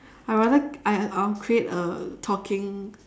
I'd rather I I I'll create a talking